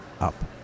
up